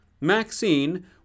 Maxine